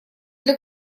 для